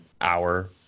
hour